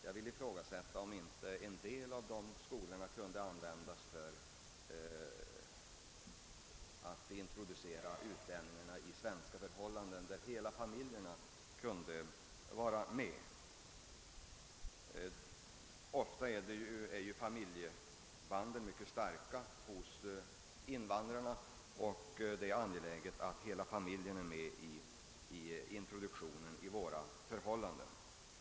Jag ifrågasätter om inte en del av dessa skolor kunde användas för att introducera utlänningarna i svenska förhållanden, varvid hela familjerna fick vara med. Familjebanden är ofta mycket starka hos invandrarna, och det är angeläget att hela familjen är samlad vid introduktionen i våra förhållanden.